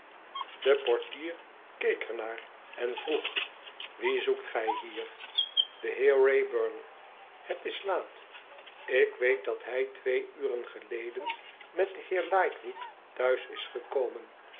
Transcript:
de portier keek er naar en vroeg wien zoekt gij hier i den heer wrayburn hetislaat ik weet dat hij twee uren geleden met den heer lightwood thuis is gekomen